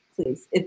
Please